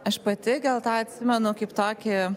aš pati gal tą atsimenu kaip tokį